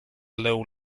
low